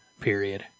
period